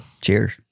cheers